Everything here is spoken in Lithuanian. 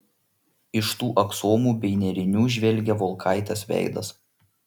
iš tų aksomų bei nėrinių žvelgė volkaitės veidas